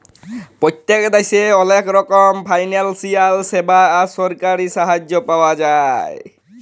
পত্তেক দ্যাশে অলেক রকমের ফিলালসিয়াল স্যাবা আর সরকারি সাহায্য পাওয়া যায়